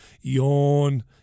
Yawn